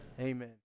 Amen